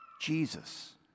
Jesus